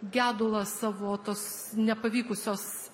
gedulą savo tos nepavykusios